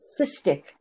cystic